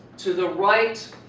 to the right